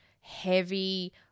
heavy